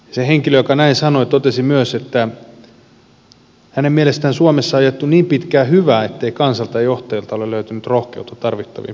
se henkilö joka näin sanoi totesi myös että hänen mielestään suomessa on ajettu niin pitkään hyvää ettei kansalta ja johtajilta ole löytynyt rohkeutta tarvittaviin päätöksiin